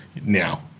Now